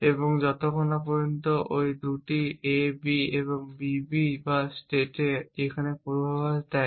এবং যতক্ষণ পর্যন্ত ঐ 2টি A B এবং B B বা স্টেটে সেখানে পূর্বাভাস দেয়